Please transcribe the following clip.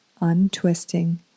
untwisting